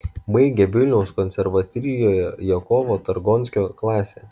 baigė vilniaus konservatorijoje jakovo targonskio klasę